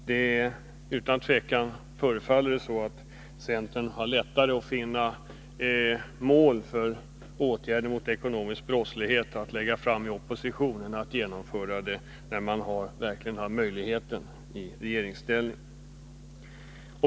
Det förefaller utan tvivel som om centern har lättare att i opposition finna mål för åtgärder mot ekonomisk brottslighet än att genomföra sådana förslag när man verkligen har möjlighet i regeringsställning.